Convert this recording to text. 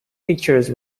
pictures